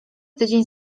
tydzień